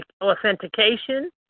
authentication